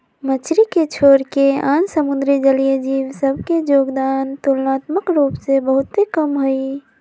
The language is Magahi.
मछरी के छोरके आन समुद्री जलीय जीव सभ के जोगदान तुलनात्मक रूप से बहुते कम हइ